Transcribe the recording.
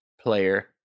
player